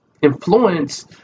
influence